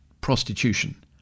prostitution